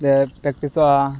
ᱞᱮ ᱯᱨᱮᱠᱴᱤᱥᱚᱜᱼᱟ